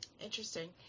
Interesting